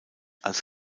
als